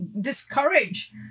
discourage